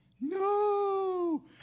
No